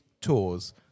tours